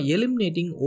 Eliminating